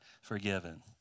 forgiven